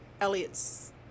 Elliot's